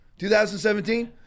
2017